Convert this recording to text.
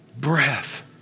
breath